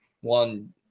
one